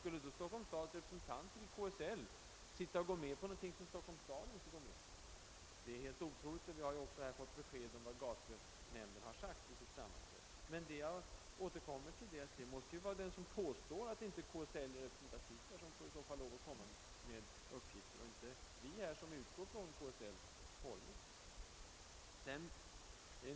Skulle då Stockholms stads representanter i KSL sitta och gå med på någonting som Stockholms stad inte går med på? Det är helt otroligt. Vi har ju också här fått besked om vad gatunämnden har sagt vid sitt sammanträde. Men jag vill understryka: Det är den som påstår att inte KSL är representativt härvidlag, som i så fall får lov att framlägga uppgifter till stöd därför. Inte vi som utgår ifrån KSL:s hållning.